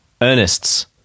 Ernests